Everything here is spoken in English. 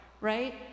right